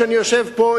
כשאני יושב פה,